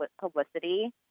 publicity